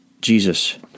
Jesus